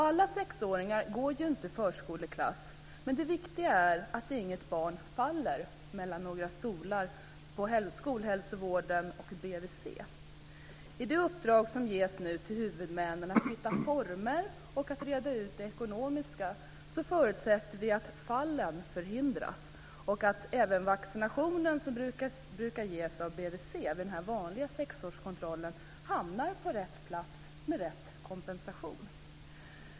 Alla sexåringar går inte i förskoleklass, men det viktiga är att inget barn faller mellan stolarna på skolhälsovården och BVC. I det uppdrag som ges till huvudmännen att hitta former och att reda ut det ekonomiska förutsätter vi att fallen förhindras och att även vaccination, som brukar ges av BVC vid den vanliga sexårskontrollen, hamnar på rätt plats med rätt kompensation.